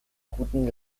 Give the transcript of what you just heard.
guten